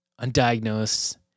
Undiagnosed